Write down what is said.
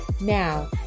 Now